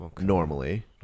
normally